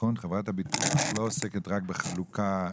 חברת הביטוח לא עוסקת רק בחלוקה,